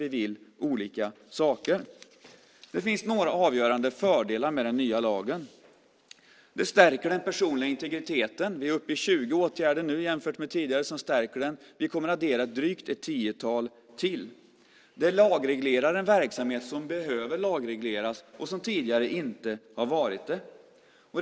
Vi vill olika saker. Det finns några avgörande fördelar med den nya lagen. Den stärker den personliga integriteten. Vi är uppe i 20 åtgärder nu jämfört med tidigare som stärker den. Vi kommer att addera drygt ett tiotal till. Den lagreglerar en verksamhet som behöver lagregleras och som tidigare inte har varit reglerad.